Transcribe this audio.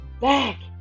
back